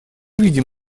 видим